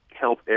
help